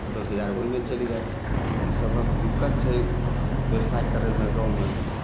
दस हजार ओइमे चलि गेल तऽ ई सबहक दिक्कत छै व्यवसाय करयमे गाँवमे